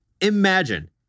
Imagine